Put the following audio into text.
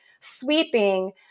sweeping